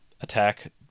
attack